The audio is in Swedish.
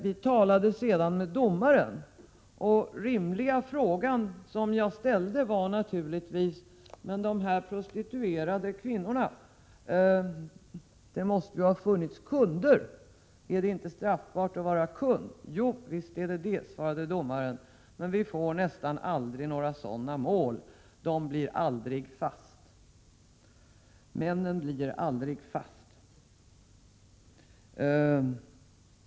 Vi talade sedan med domaren, och den rimliga frågan som jag ställde var naturligtvis: det måste ju ha funnits kunder. Är det inte straffbart att vara kund? Jo, visst är det så, svarade domaren, men vi får nästan aldrig några sådana mål. Männen blir aldrig fast.